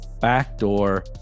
backdoor